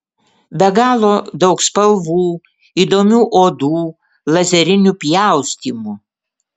be galo daug spalvų įdomių odų lazerinių pjaustymų